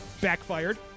backfired